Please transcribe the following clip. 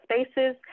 spaces